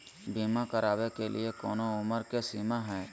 बीमा करावे के लिए कोनो उमर के सीमा है?